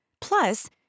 Plus